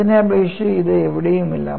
അതിനെ അപേക്ഷിച്ച് ഇത് എവിടെയുമില്ല